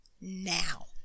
now